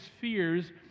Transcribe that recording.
fears